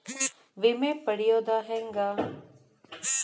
ವಿಮೆ ಪಡಿಯೋದ ಹೆಂಗ್?